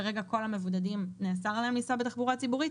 כרגע על כל המבודדים נאסר לנסוע בתחבורה ציבורית.